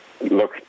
Look